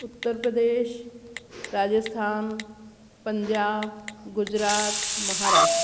Uttar Pradesh Rajasthan Punjab Gujarat Maharashtra